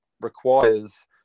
requires